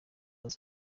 aza